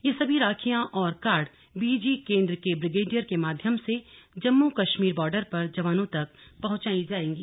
ये सभी राखियां और कार्ड बीईजी केंद्र के ब्रिगेडियर के माध्यम से जम्मू कश्मीर बॉर्डर पर जवानों तक पहुंचायी जाएंगी